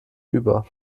über